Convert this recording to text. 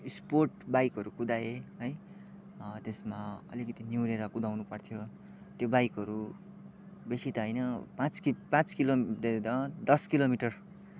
sport बाइकहरू कुदाएँ है त्यसमा अलिकति निहुरेर कुदाउनु पर्थ्यो त्यो बाइकहरू बेसी त होइन पाँच किप् पाँच किलो दस किलोमिटर